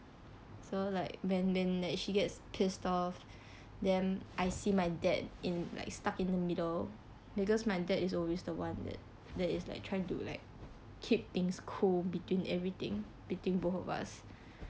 so like when she get pissed off then I see my dad in like stuck in the middle because my dad is always the one that that is like trying to like keep things cool between everything between both of us